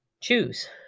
choose